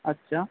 আচ্ছা